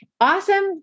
awesome